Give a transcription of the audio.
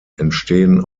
entstehen